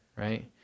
right